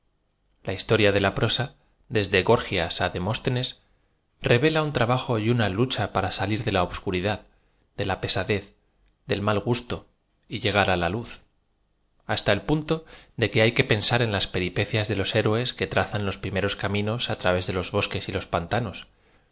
a histo ria de la prosa desde qorglas á demóstenes revela un trabajo y una lucha para salir de la obscuridad de la pesadez del m al gusto y llegar á la luz haata el punto de que hay que pensar en las peripecias de los héroes que trazan los primeros caminos á través de loa bosques y los pantanos